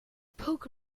poke